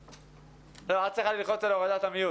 אלי.